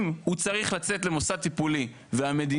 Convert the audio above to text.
אם הוא צריך לצאת למוסד טיפול והמדינה